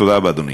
תודה רבה, אדוני.